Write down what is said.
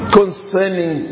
concerning